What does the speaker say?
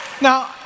Now